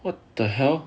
what the hell